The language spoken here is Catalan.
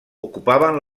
ocupaven